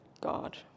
God